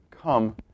come